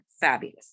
fabulous